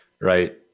Right